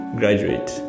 graduate